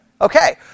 Okay